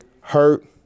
hurt